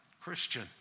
Christian